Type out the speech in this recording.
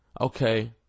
okay